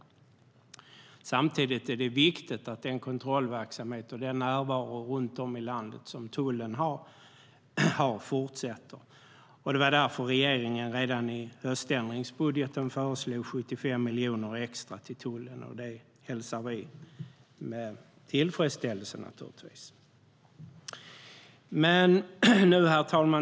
Samtidigt är det viktigt att den kontrollverksamhet och den närvaro runt om i landet som tullen har fortsätter. Det var därför regeringen redan i höständringsbudgeten föreslog 75 miljoner extra till tullen, och det hälsar vi naturligtvis med tillfredsställelse. Herr talman!